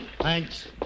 Thanks